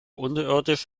unterirdisch